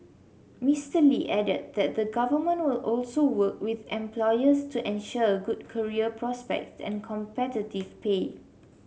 Mister Lee added that the Government will also work with employers to ensure good career prospect and competitive pay